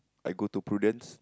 I go to Prudence